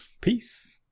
Peace